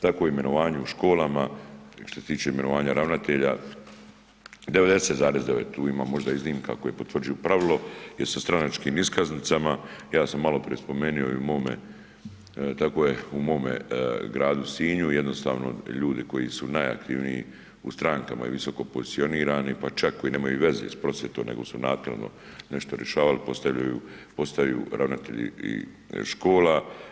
Tako je imenovanju u školama, što se tiče imenovanja ravnatelja 99,9, tu ima možda iznimka koje potvrđuju pravilo jer sa stranačkim iskaznicama, ja sam maloprije spomenuo i u mome gradu Sinju, jednostavno ljudi koji su najaktivniji u strankama i visokopozicionirani pa čak koji nemaju veze s prosvjetom nego su naknadno nešto rješavali postaju ravnatelji i škola.